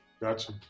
Gotcha